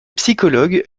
psychologues